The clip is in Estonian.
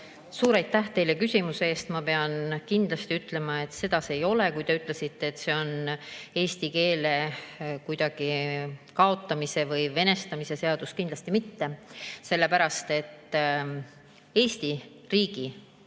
Suur aitäh teile küsimuse eest! Ma pean kindlasti ütlema, et seda see ei ole – te ütlesite, et see on eesti keele kaotamise või venestamise seadus. Kindlasti mitte. Sellepärast, et Eesti riigikeel